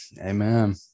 Amen